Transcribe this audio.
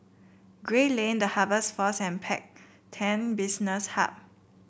Gray Lane The Harvest Force and Business Hub